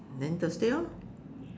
then Thursday orh